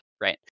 right